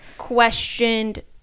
questioned